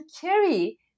carry